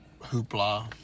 hoopla